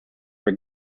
were